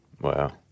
Wow